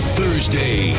Thursday